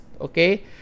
Okay